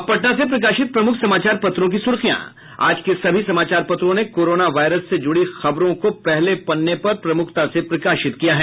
अब पटना से प्रकाशित प्रमुख समाचार पत्रों की सुर्खियां आज के सभी समाचार पत्रों ने कोरोना वायरस से जुड़ी खबरों को पहले पन्ने पर प्रमुखता से प्रकाशित किया है